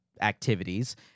activities